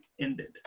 ended